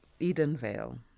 Edenvale